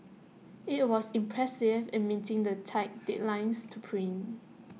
IT was impressive in meeting the tight deadlines to print